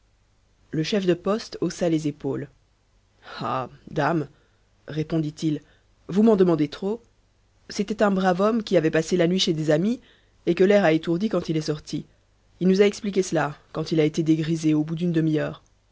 le chef de poste haussa les épaules ah dame répondit-il vous m'en demandez trop c'était un brave homme qui avait passé la nuit chez des amis et que l'air a étourdi quand il est sorti il nous a expliqué cela quand il a été dégrisé au bout d'une demi-heure